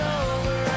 over